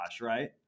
right